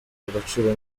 agaciro